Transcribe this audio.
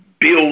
build